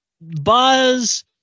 buzz